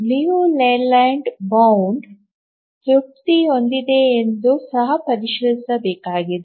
Liu Leyland bound ತೃಪ್ತಿ ಹೊಂದಿದೆಯೆ ಎಂದು ಸಹ ಪರಿಶೀಲಿಸಬೇಕಾಗಿದೆ